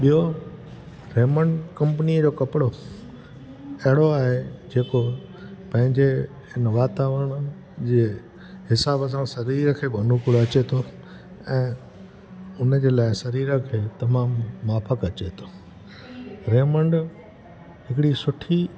ॿियो रेमंड कंपनीअ जो कपिड़ो अहिड़ो आहे जेको पंहिंजे इन वातावरण जे हिसाब सां शरीर खे बि अनुकूलु अचे थो ऐं उन जे लाइ शरीर खे तमामु माप अचे थो रेमंड हिकिड़ी सुठी